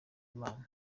imana